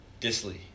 Disley